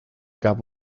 gab